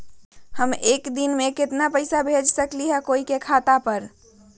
हम एक दिन में केतना पैसा भेज सकली ह कोई के खाता पर?